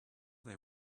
they